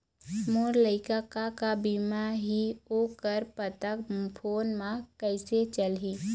मोर लायक का का बीमा ही ओ कर पता फ़ोन म कइसे चलही?